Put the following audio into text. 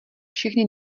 všechny